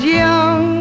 young